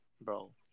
bro